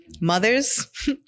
mothers